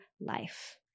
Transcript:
life